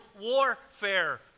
warfare